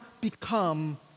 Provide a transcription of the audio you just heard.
become